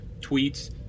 tweets